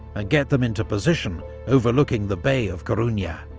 ah get them into position overlooking the bay of coruna.